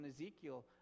Ezekiel